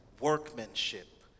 workmanship